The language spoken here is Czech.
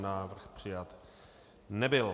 Návrh přijat nebyl.